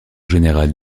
générale